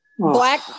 Black